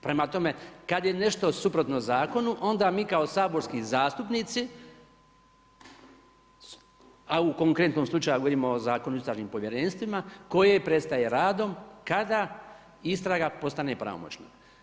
Prema tome, kada je nešto suprotno zakonu onda mi kao saborski zastupnici, a u konkretnom slučaju govorimo o Zakonu o istražnim povjerenstvima koje prestaje radom kada istraga postane pravomoćna.